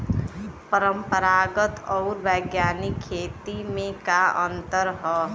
परंपरागत आऊर वैज्ञानिक खेती में का अंतर ह?